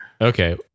okay